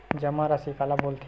जमा राशि काला बोलथे?